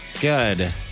Good